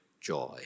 joy